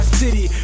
city